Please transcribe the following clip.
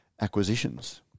acquisitions